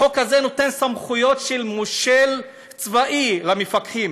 החוק הזה נותן סמכויות של מושל צבאי למפקחים,